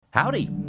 Howdy